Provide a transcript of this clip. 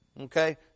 Okay